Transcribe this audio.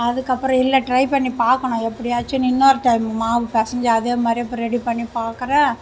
அதுக்கப்றம் இல்லை ட்ரை பண்ணி பார்க்கணும் எப்படியாச்சும் இன்னொரு டைம் மாவு பெசஞ்சு அதேமாதிரி இப்போ ரெடி பண்ணி பார்க்கறேன்